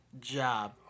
job